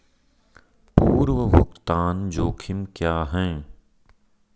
पूर्व भुगतान जोखिम क्या हैं?